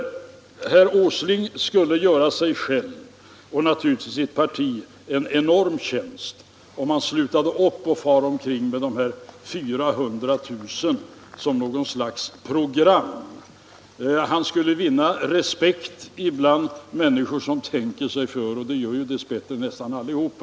Herr Åsling skulle göra sig själv och naturligtvis sitt parti en enorm tjänst om han slutade upp att fara omkring med de 400 000 jobben som något slags program. Han skulle vinna respekt bland människor som tänker sig för, och det gör ju dess bättre nästan allihop.